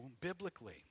biblically